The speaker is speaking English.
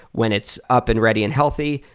when it's up and ready and healthy,